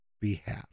behalf